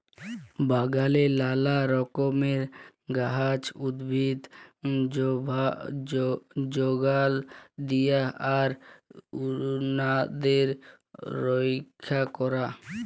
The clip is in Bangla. বাগালে লালা রকমের গাহাচ, উদ্ভিদ যগাল দিয়া আর উনাদের রইক্ষা ক্যরা